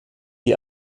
die